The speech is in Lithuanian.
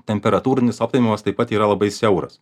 temperatūrinis optimumas taip pat yra labai siauras